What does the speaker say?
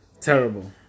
Terrible